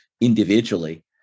individually